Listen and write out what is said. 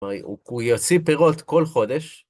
הוא יוציא פירות כל חודש.